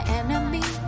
enemy